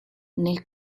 nel